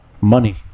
money